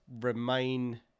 remain